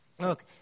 Look